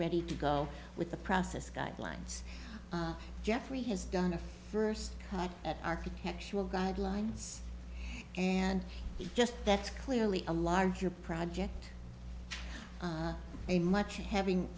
ready to go with the process guidelines jeffrey has done a first cut at architectural guidelines and just that's clearly a larger project a much having